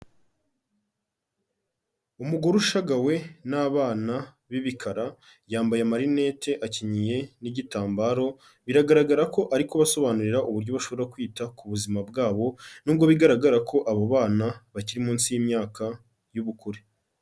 Umugore ushagawe n'abana b'ibikara, yambaye amarinete, akenyeye n'igitambaro biragaragara ko ari kubasobanurira uburyo bashobora kwita ku buzima bwabo, nubwo bigaragara ko abo bana bakiri munsi y'imyaka y'ubukure.